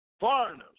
foreigners